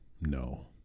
no